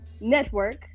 network